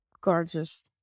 gorgeous